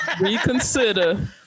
Reconsider